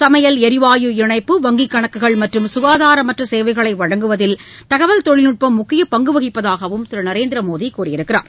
சமையல் எரிவாயு இணைப்பு வங்கிக் கணக்குகள் மற்றும் சுகாதார சேவைகளை வழங்குவதில் தகவல் தொழில்நுட்பம் முக்கிய பங்கு வகிப்பதாகவும் திரு நரேந்திர மோடி கூறினார்